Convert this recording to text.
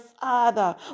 Father